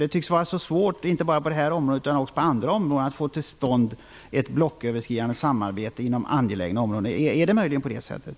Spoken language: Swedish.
Det tycks vara svårt inte bara på det här området, utan också på andra områden att få till stånd ett blocköverskridande samarbete inom angelägna områden. Är det möjligen på det sättet?